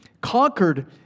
conquered